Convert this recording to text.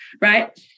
right